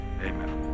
amen